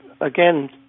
again